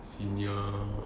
senior